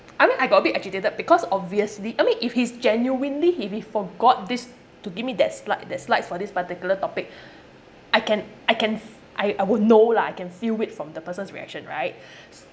I mean I got a bit agitated because obviously I mean if he's genuinely he really forgot this to give me that slide that slides for this particular topic I can I can I I would know lah I can feel it from the person's reaction right